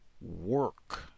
work